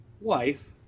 wife